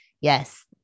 yes